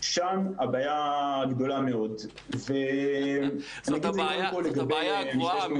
שם הבעיה גדולה מאוד -- זאת הבעיה הקבועה.